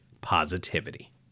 positivity